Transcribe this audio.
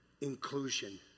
inclusion